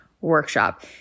workshop